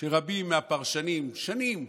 שרבים מהפרשנים, שנים,